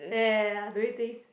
ya ya ya doing things